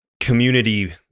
community